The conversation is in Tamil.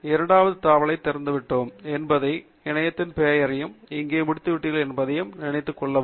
இரண்டாவது தாவலைத் திறந்துவிட்டோம் என்பதையும் இணையத்தின் பெயரையும் இங்கே முடித்துவிட்டீர்கள் என்பதை நினைவில் கொள்ளவும்